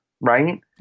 right